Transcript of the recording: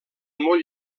molt